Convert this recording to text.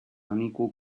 unequal